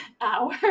hour